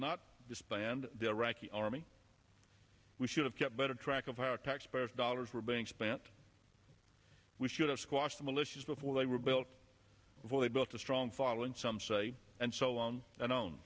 not disband the iraqi army we should have kept better track of how taxpayers dollars were being spent we should have squashed the militias before they were built void built a strong following some say and so on and on